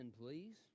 please